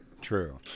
True